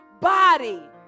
body